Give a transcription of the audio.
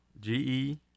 GE